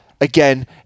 again